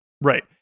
Right